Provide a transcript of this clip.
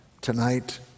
tonight